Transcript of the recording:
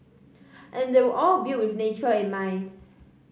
and they were all built with nature in mind